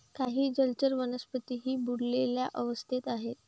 काही जलचर वनस्पतीही बुडलेल्या अवस्थेत आहेत